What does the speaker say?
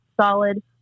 solid